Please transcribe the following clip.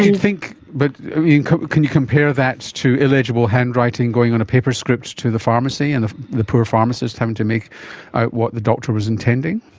but can you compare that to illegible handwriting going on a paper script to the pharmacy and the the poor pharmacist having to make out what the doctor was intending?